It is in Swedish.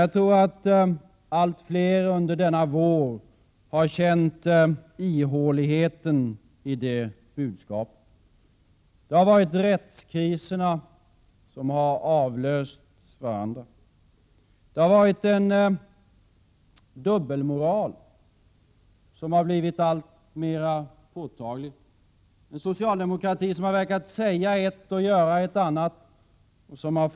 Jag tror emellertid att allt fler under denna vår har känt ihåligheten i det budskapet. Rättskriserna har avlöst varandra. Dubbelmoralen har blivit alltmer påtaglig. Den har blivit intimt förknippad med socialdemokratins politik.